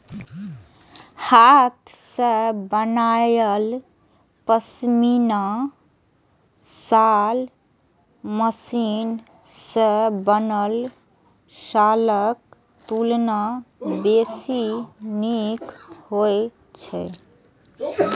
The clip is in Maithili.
हाथ सं बनायल पश्मीना शॉल मशीन सं बनल शॉलक तुलना बेसी नीक होइ छै